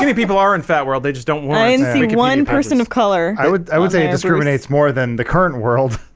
i mean people are in fat world they just don't whine one person of color i would i would say it discriminates more than the current world